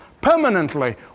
permanently